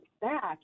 back